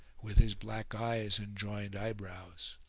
with his black eyes and joined eyebrows.